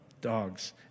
dogs